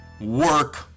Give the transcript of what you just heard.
work